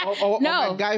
No